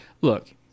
look